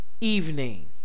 evening